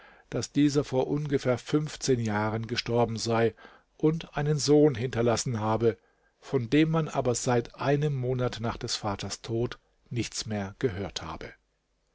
daß dieser vor ungefähr fünfzehn jahren gestorben sei und einen sohn hinterlassen habe von dem man aber seit einem monat nach des vaters tod nichts mehr gehört habe